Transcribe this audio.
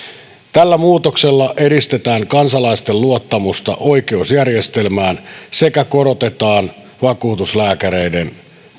tällä muutoksella edistetään kansalaisten luottamusta oikeusjärjestelmään sekä korotetaan vakuutuslääkäreiden